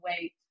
wait